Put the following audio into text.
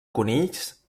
conills